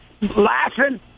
laughing